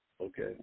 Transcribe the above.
okay